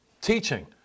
teaching